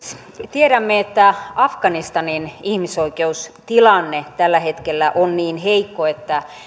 tiedämme että afganistanin ihmisoikeustilanne tällä hetkellä on niin heikko että